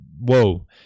whoa